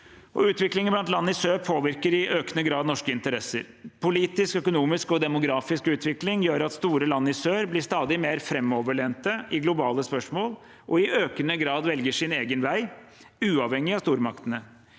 Utviklingen blant land i sør påvirker i økende grad norske interesser. Politisk, økonomisk og demografisk utvikling gjør at store land i sør blir stadig mer framoverlente i globale spørsmål, og i økende grad velger sin egen vei, uavhengig av stormaktene.